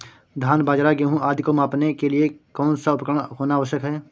धान बाजरा गेहूँ आदि को मापने के लिए कौन सा उपकरण होना आवश्यक है?